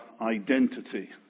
identity